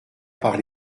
par